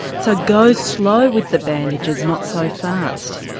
so go slow with the bandages, not so fast.